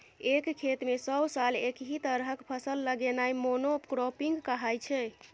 एक खेत मे सब साल एकहि तरहक फसल लगेनाइ मोनो क्राँपिंग कहाइ छै